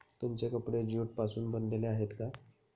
तुमचे कपडे ज्यूट पासून बनलेले आहेत का?